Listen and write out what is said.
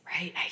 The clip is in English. right